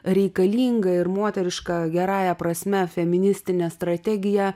reikalinga ir moteriška gerąja prasme feministinė strategija